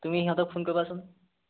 তুমি সিহঁতক ফোন কৰিবাচোন